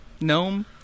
gnome